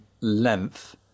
length